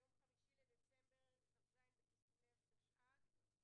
היום 5 בדצמבר, כ"ז בכסלו, תשע"ט.